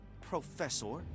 Professor